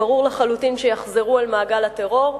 שברור לחלוטין שיחזרו למעגל הטרור,